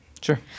sure